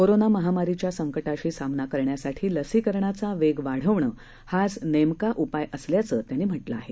corona महामारीच्या संकटाशी सामना करण्यासाठी लसीकरणाचा वेग वाढवणं हाच नेमका उपाय असल्याचं म्हटलं आहे